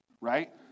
Right